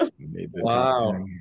Wow